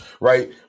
right